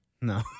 No